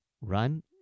Run